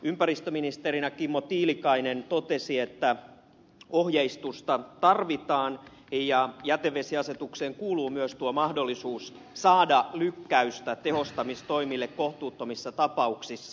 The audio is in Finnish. ympäristöministerinä kimmo tiilikainen totesi että ohjeistusta tarvitaan ja jätevesiasetukseen kuuluu myös tuo mahdollisuus saada lykkäystä tehostamistoimille kohtuuttomissa tapauksissa